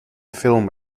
film